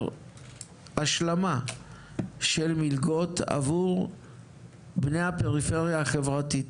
השלמה של מלגות עבור בני הפריפריה החברתית.